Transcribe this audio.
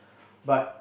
but